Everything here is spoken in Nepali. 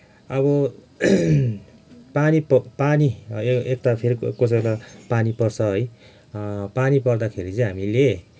अब पानी प पानी एकताल फेरि कसै बेला पानी पर्छ है पानी पर्दाखेरि चाहिँ हामीले